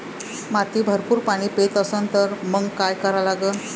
माती भरपूर पाणी पेत असन तर मंग काय करा लागन?